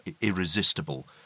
irresistible